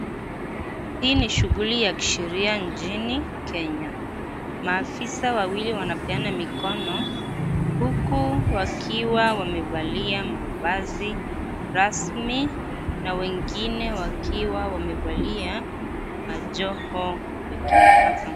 Hii ni shughuli ya kisheria nchini Kenya. Maafisa wawili wanapeana mkono huku wakiwa wamevalia mavazi rasmi na wengine wakiwa wamevalia majoho ya kimahakama.